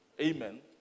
Amen